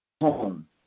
home